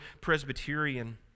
Presbyterian